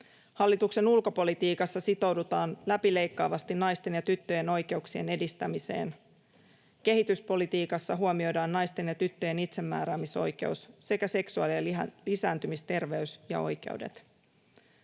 Hallituksen ulkopolitiikassa sitoudutaan läpileikkaavasti naisten ja tyttöjen oikeuksien edistämiseen. Kehityspolitiikassa huomioidaan naisten ja tyttöjen itsemääräämisoikeus sekä seksuaali- ja lisääntymisterveys ja ‑oikeudet.